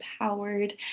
empowered